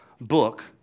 book